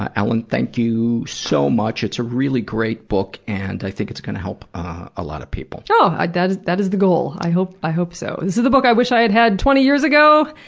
ah ellen, thank you so much, it's a really great book and i think it's going to help a lot of people. oh, that is that is the goal! i hope i hope so. this is the book i wish i had had twenty years ago,